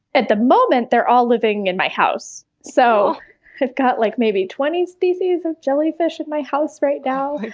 at the moment they're all living in my house. so i've got like maybe twenty species of jellyfish in my house right now.